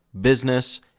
business